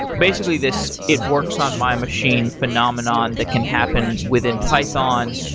basically, this it works on my machine phenomenon that can happen within python.